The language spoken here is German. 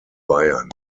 bayern